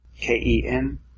K-E-N